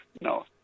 no